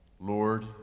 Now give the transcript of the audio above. Lord